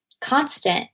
constant